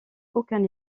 aucun